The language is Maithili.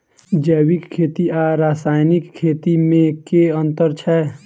जैविक खेती आ रासायनिक खेती मे केँ अंतर छै?